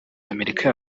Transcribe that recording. y’amerika